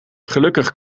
gelukkig